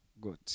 Good